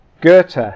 Goethe